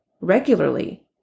regularly